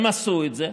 הם עשו את זה,